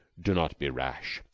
do not be rash.